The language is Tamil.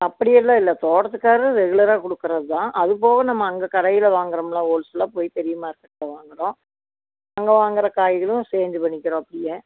அப்படி எல்லாம் இல்லை தோட்டத்துக்கார் ரெகுலராக கொடுக்கறதான் அதுபோக நம்ம அங்கே கடையில் வாங்கறம்ல ஹோல்சோல்லாக போய் பெரிய மார்க்கெட்டில் வாங்கறோம் அங்கே வாங்கற காய்களும் சேஞ்சு பண்ணிக்கிறோம் அப்பிடியே